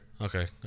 Okay